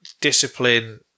discipline